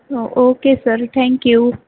हो okay sir thank you